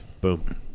Boom